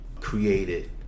created